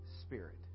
spirit